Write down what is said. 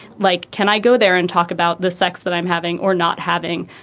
like, can i go there and talk about the sex that i'm having or not having?